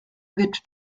wird